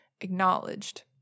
acknowledged